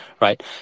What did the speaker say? right